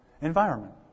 environment